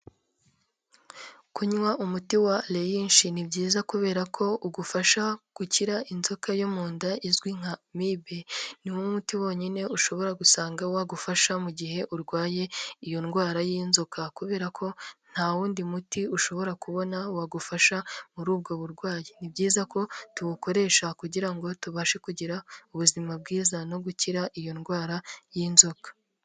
Kunywa umuti wa leyishe ni byiza kubera ko ugufasha gukira inzoka yo mu nda izwi nka mibe niwo muti wonyine ushobora gusanga wagufasha mu gihe urwaye iyo ndwara y'inzoka kubera ko nta wundi muti ushobora kubona wagufasha muri ubwo burwayi ni byiza ko tuwukoresha kugira ngo tubashe kugira ubuzima bwiza no gukira iyo ndwara y'inzoka.